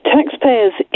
Taxpayers